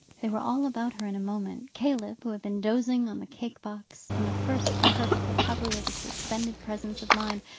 they were all about her in a moment. caleb, who had been dozing on the cake-box, in the first imperfect recovery of his suspended presence of mind,